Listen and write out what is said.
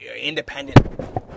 independent